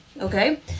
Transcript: okay